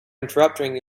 interrupting